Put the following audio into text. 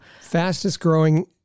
Fastest-growing